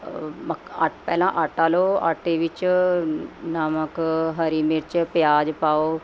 ਮਕ ਅਟ ਪਹਿਲਾਂ ਆਟਾ ਲਓ ਆਟੇ ਵਿੱਚ ਨਮਕ ਹਰੀ ਮਿਰਚ ਪਿਆਜ਼ ਪਾਓ